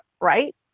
right